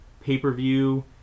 pay-per-view